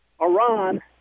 Iran